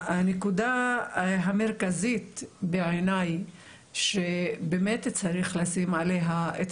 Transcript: הנקודה המרכזית בעיני שבאמת צריך לשים עליה את